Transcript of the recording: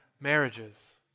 marriages